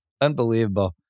Unbelievable